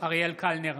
אריאל קלנר,